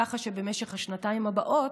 ככה שבמשך השנתיים הבאות,